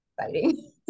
Exciting